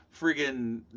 friggin